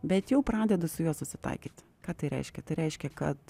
bet jau pradedu su juo susitaikyt ką tai reiškia tai reiškia kad